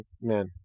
men